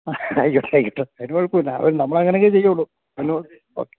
ആയിക്കോട്ടെ ആയിക്കോട്ടെ അതിന് കുഴപ്പമില്ല അത് നമ്മൾ അങ്ങനെ അല്ലേ ചെയ്യുകയുള്ളു ഓക്കേ